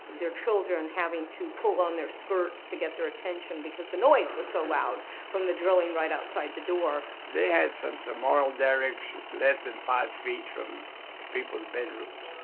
their children having to pull on their skirts to get their attention because the noise was so loud, from the drilling right outside the door. they had um ah oil derricks less than five feet from people's bedrooms.